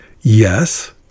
yes